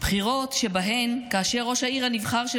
בחירות שבהן כאשר ראש העיר הנבחר של